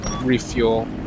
refuel